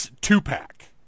two-pack